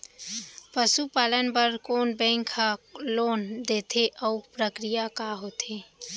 पसु पालन बर कोन बैंक ह लोन देथे अऊ प्रक्रिया का होथे?